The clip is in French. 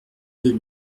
deux